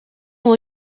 will